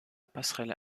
passerelle